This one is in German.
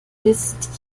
ist